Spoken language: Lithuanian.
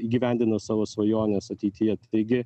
įgyvendina savo svajones ateityje taigi